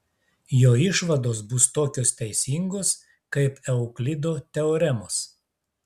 jo išvados bus tokios teisingos kaip euklido teoremos